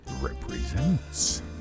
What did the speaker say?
represents